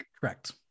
Correct